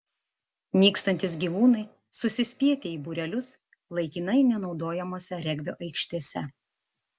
nykstantys gyvūnai susispietę į būrelius laikinai nenaudojamose regbio aikštėse